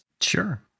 Sure